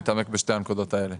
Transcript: אנחנו נתעמק בשתי הנקודות האלו.